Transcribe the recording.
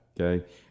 Okay